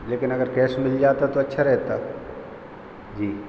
लेकिन अगर कैश मिल जाता तो अच्छा रहता जी